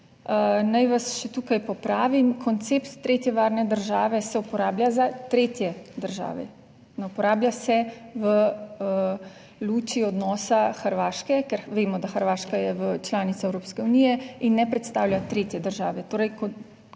Naj vas še tukaj popravim. Koncept tretje varne države se uporablja za tretje države, ne uporablja se v luči odnosa Hrvaške, ker vemo, da Hrvaška je članica Evropske unije in ne predstavlja tretje države.